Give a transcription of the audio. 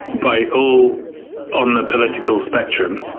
by all on the political spectrum.